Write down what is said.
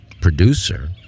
producer